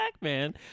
Man